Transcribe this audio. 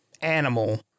animal